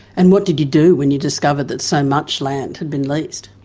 and what did you do when you discovered that so much land had been leased?